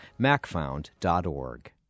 Macfound.org